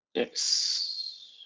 Yes